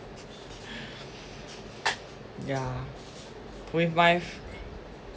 yeah with my